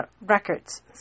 records